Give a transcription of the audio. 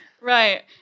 Right